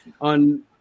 on